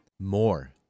more